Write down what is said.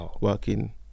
working